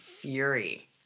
Fury